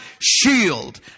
shield